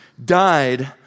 Died